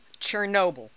Chernobyl